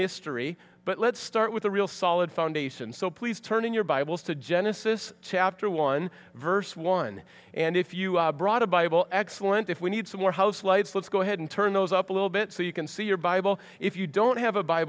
mystery but let's start with a real solid foundation so please turn in your bibles to genesis chapter one verse one and if you brought a bible excellent if we need some more house lights let's go ahead and turn those up a little bit so you can see your bible if you don't have